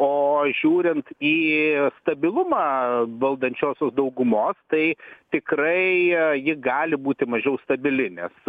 o žiūrint į stabilumą valdančiosios daugumos tai tikrai ji gali būti mažiau stabili nes